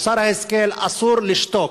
מוסר ההשכל: אסור לשתוק.